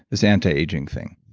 this anti-aging thing?